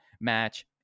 match